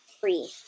Free